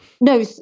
No